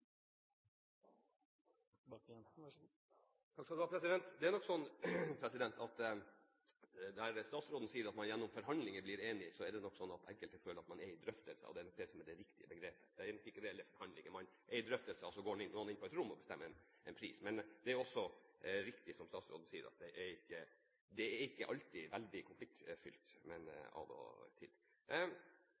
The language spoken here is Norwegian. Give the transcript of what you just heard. det nok slik at enkelte føler at man er i «drøftelser» – og det er nok det som er det riktige begrepet. Det er nok ikke reelle forhandlinger; man er i drøftelser, og så går man inn på et rom og bestemmer en pris. Det er også riktig, som statsråden sier, at det ikke alltid er veldig konfliktfylt, men av og til